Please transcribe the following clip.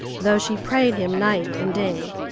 though she prayed him night and day.